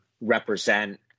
represent